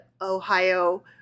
Ohio